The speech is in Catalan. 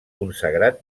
consagrat